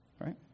right